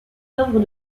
d’œuvre